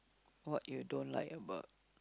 what you don't like about